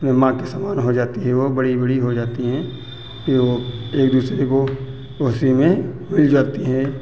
अपने माँ के समान हो जाती हैं वो बड़ी बड़ी हो जाती हैं फिर वो एक दूसरे को उसी में मिल जाती हैं